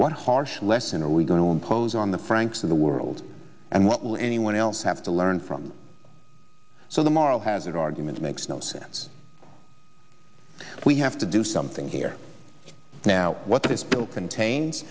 what harsh lesson are we going to impose on the franks of the world and what will anyone else have to learn from so the moral hazard argument makes no sense we have to do something here now what this bill